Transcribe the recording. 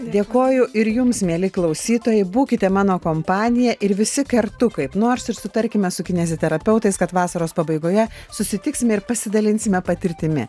dėkoju ir jums mieli klausytojai būkite mano kompanija ir visi kartu kaip nors ir sutarkime su kineziterapeutais kad vasaros pabaigoje susitiksime ir pasidalinsime patirtimi